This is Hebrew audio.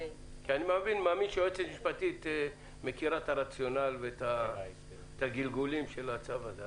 אני מאמין שיועצת משפטית מכירה את הרציונל ואת הגלגולים של הצו הזה.